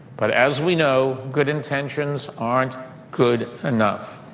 but as we know, good intentions aren't good enough.